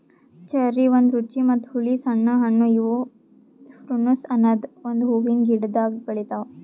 cherry ಒಂದ್ ರುಚಿ ಮತ್ತ ಹುಳಿ ಸಣ್ಣ ಹಣ್ಣು ಇವು ಪ್ರುನುಸ್ ಅನದ್ ಒಂದು ಹೂವಿನ ಗಿಡ್ದಾಗ್ ಬೆಳಿತಾವ್